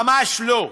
ממש לא.